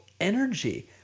energy